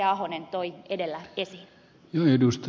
ahonen toi edellä esiin